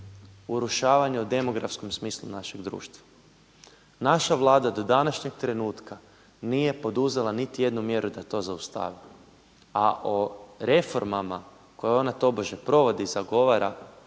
urušavanja u demografskom smislu našeg društva. Naša Vlada do današnjeg trenutka nije poduzela niti jednu mjeru da to zaustavi. A o reformama koje ona tobože provodi i zagovara